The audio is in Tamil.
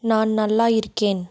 நான் நல்லா இருக்கேன்